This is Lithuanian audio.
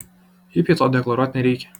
hipiui to deklaruot nereikia